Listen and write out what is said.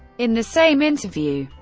in the same interview,